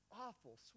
awful